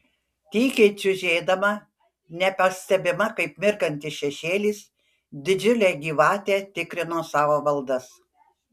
tykiai čiužėdama nepastebima kaip mirgantis šešėlis didžiulė gyvatė tikrino savo valdas